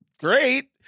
great